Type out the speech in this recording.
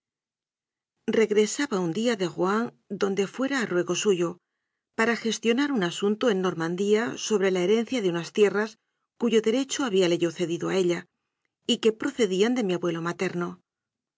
regresaba un día de rouen donde fuera a ruego suyo para gestionar un asunto en normandía so bre la herencia de unas tierras cuyo derecho ha bíale yo cedido a ella y que procedían de mi abue lo materno